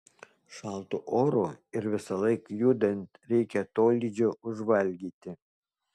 šaltu oru ir visąlaik judant reikia tolydžio užvalgyti